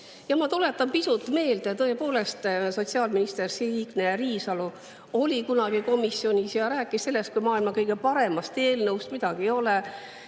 tuletan pisut meelde. Tõepoolest, sotsiaalminister Signe Riisalo oli kunagi komisjonis ja rääkis sellest kui maailma kõige paremast eelnõust. Midagi [hullu]